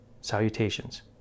salutations